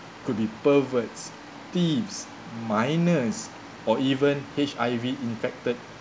could be perverts thieves minors or even H_I_V infected